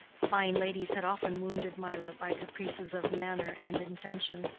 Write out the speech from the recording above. fine ladies had often wounded mirah by caprices of manner and intention.